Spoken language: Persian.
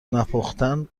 نپختن